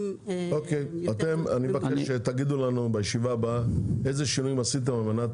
אני מבקש שתגידו לנו בישיבה הבאה אילו שינויים עשיתם על מנת